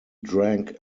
drank